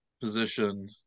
position